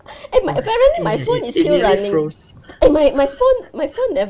eh my apparently my phone is still running eh my my phone my phone ne~